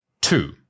Two